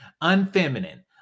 unfeminine